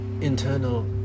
internal